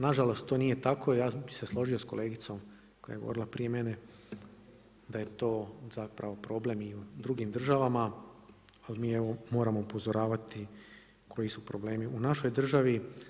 Nažalost to nije tako, ja bih se složio sa kolegicom koja je govorila prije mene da je to zapravo problem i u drugim državama ali mi evo moramo upozoravati koji su problemi u našoj državi.